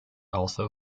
also